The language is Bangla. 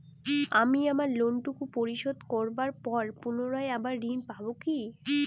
আমি আমার লোন টুকু পরিশোধ করবার পর পুনরায় আবার ঋণ পাবো কি?